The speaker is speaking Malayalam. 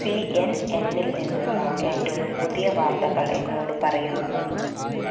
സി എൻ എന്നിൽ നിന്നുള്ള ഏറ്റവും പുതിയ വാർത്തകൾ എന്നോട് പറയൂ